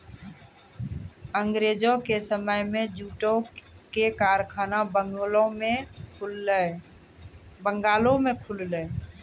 अंगरेजो के समय मे जूटो के कारखाना बंगालो मे खुललै